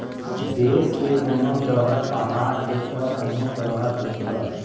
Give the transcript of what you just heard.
देस के कोनो डहर पहाड़ हे त कोनो डहर जंगल